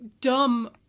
dumb